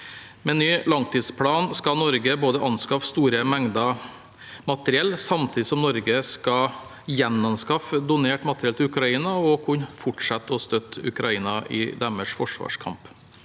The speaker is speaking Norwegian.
Med ny langtidsplan skal Norge anskaffe store mengder materiell samtidig som vi skal gjenanskaffe donert materiell til Ukraina og kunne fortsette å støtte Ukraina i deres forsvarskamp.